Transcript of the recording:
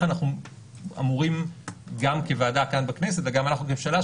אנחנו אמורים גם כוועדה כאן בכנסת וגם אנחנו כממשלה,